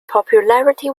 popularity